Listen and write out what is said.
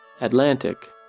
Atlantic